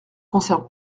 concerne